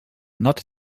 not